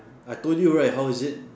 I told you right how is it